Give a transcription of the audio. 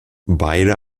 beide